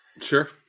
Sure